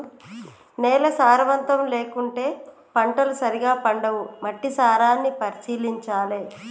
నేల సారవంతం లేకుంటే పంటలు సరిగా పండవు, మట్టి సారాన్ని పరిశీలించాలె